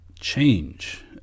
change